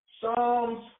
Psalms